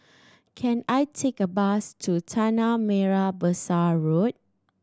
can I take a bus to Tanah Merah Besar Road